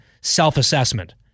self-assessment